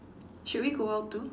should we go out too